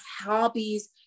hobbies